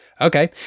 okay